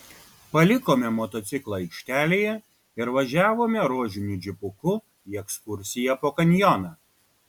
palikome motociklą aikštelėje ir važiavome rožiniu džipuku į ekskursiją po kanjoną